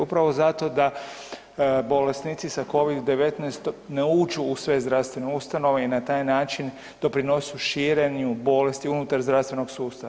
Upravo zato da bolesnici sa Covid-19 ne uđu u sve zdravstvene ustanove i na taj način doprinosu širenju bolesti unutar zdravstvenog sustava.